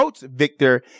Victor